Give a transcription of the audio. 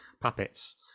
puppets